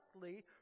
correctly